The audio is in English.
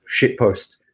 shitpost